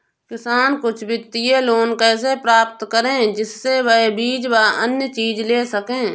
किसान कुछ वित्तीय लोन कैसे प्राप्त करें जिससे वह बीज व अन्य चीज ले सके?